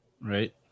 right